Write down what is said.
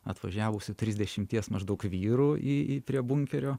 atvažiavusių trisdešimties maždaug vyrų į prie bunkerio